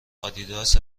آدیداس